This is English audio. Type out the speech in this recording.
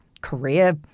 career